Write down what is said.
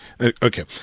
Okay